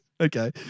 Okay